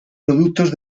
productos